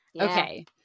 Okay